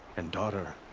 and daughter.